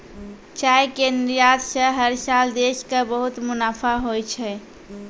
चाय के निर्यात स हर साल देश कॅ बहुत मुनाफा होय छै